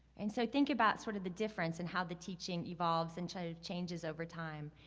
and so, think about sort of the difference and how the teaching evolves and sort of changes over time.